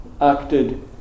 acted